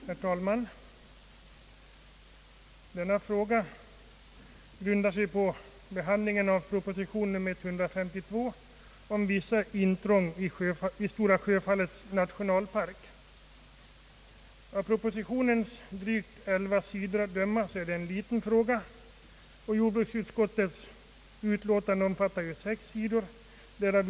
Herr talman! Detta utlåtande grundar sig på behandlingen av proposition nr 152 om vissa intrång i Stora Sjöfallets nationalpark. Av propositionens drygt elva sidor att döma är det en liten fråga. Jordbruksutskottets utlåtande omfattar sex sidor.